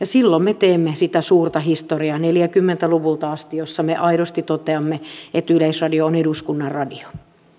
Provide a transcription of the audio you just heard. silloin me teemme sitä suurta historiaa neljäkymmentä luvulta asti jossa me aidosti toteamme että yleisradio on eduskunnan radio